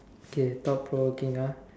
okay thought provoking ah